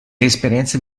esperienze